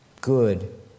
good